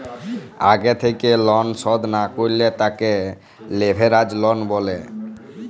আগে থেক্যে লন শধ না করলে তাকে লেভেরাজ লন বলা হ্যয়